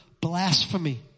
blasphemy